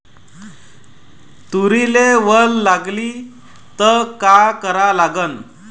तुरीले वल लागली त का करा लागन?